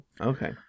Okay